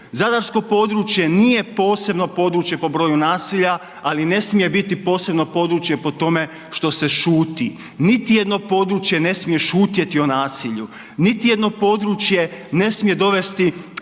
Zadarsko područje nije posebno područje po broju nasilja ali ne smije biti posebno područje po tome što se šuti. Niti jedno područje ne smije šutjeti o nasilju. Niti jedno područje ne smije dovesti